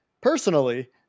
personally